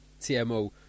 TMO